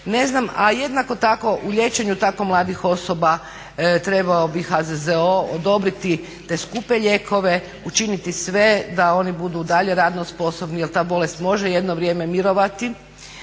a jednako tako u liječenju tako mladih osoba trebao bi HZZO odobriti te skupe lijekove, učiniti sve da oni budu i dalje radno sposobni. Jer ta bolest može jedno vrijeme mirovati